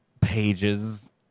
pages